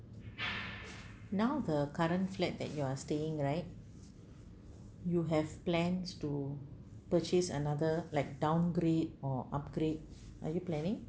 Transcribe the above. now the current flat that you are staying right you have plans to purchase another like downgrade or upgrade are you planning